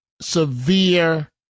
severe